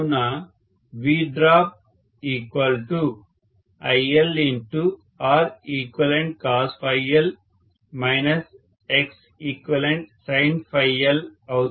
కావున VdropILఅవుతుంది